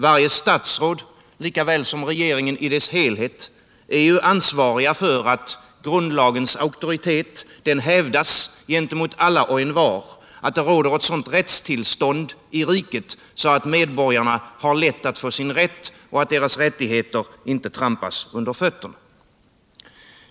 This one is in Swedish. Varje statsråd lika väl som regeringen i dess helhet är ju ansvarig för att grundlagens auktoritet hävdas gentemot alla och envar och för att det råder ett sådant rättstillstånd i riket att medborgarna har lätt att få sin rätt och att deras rättigheter inte trampas under fötterna.